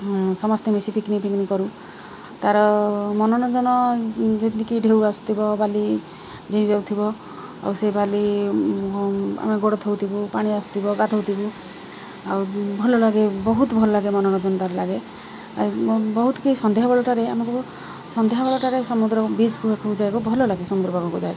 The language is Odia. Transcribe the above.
ସମସ୍ତେ ମିଶି ପିକ୍ନିକ୍ ପିକ୍ନିକ୍ କରୁ ତା'ର ମନୋରଞ୍ଜନ ଯେମିତିକି ଢେଉ ଆସୁଥିବ ବାଲି ଯାଉଥିବ ଆଉ ସେ ବାଲି ଆମେ ଗୋଡ଼ ଥଉଥିବୁ ପାଣି ଆସୁଥିବ ଗାଧୋଉଥିବୁ ଆଉ ଭଲ ଲାଗେ ବହୁତ ଭଲ ଲାଗେ ମନୋରଞ୍ଜନ ତା'ର ଲାଗେ ଆଉ ବହୁତ କି ସନ୍ଧ୍ୟା ବେଳଟାରେ ଆମକୁ ସନ୍ଧ୍ୟା ବେଳଟାରେ ସମୁଦ୍ର ବିଚ୍କୁ ଯାଇକି ଭଲ ଲାଗେ ସମୁଦ୍ରକ ଯାଇ